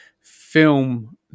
film